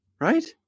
Right